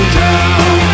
down